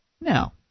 Now